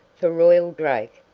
for royal drake,